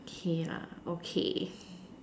okay lah okay